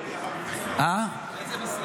איזה משרד?